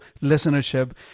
listenership